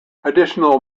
additional